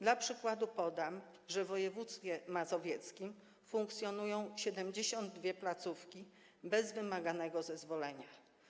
Dla przykładu podam, że w województwie mazowieckim funkcjonują 72 placówki bez wymaganego zezwolenia.